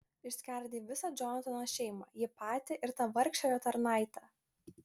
išskerdei visą džonatano šeimą jį patį ir tą vargšę jo tarnaitę